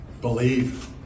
believe